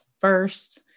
first